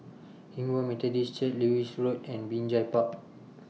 Hinghwa Methodist Church Lewis Road and Binjai Park